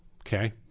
Okay